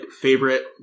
favorite